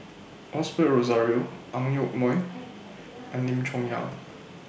Osbert Rozario Ang Yoke Mooi and Lim Chong Yah